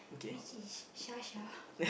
which is Shasha